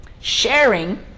Sharing